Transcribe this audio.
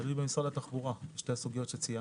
תלוי במשרד התחבורה, שתי הסוגיות שציינתי.